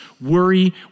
worry